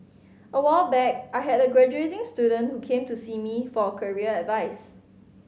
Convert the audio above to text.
a while back I had a graduating student who came to see me for career advice